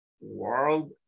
world